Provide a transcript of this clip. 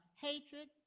hatred